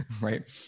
Right